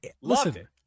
Listen